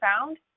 found